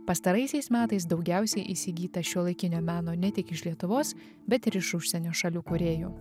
pastaraisiais metais daugiausiai įsigyta šiuolaikinio meno ne tik iš lietuvos bet ir iš užsienio šalių kūrėjų